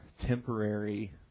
temporary